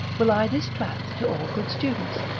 will i this tract to all good students,